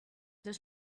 there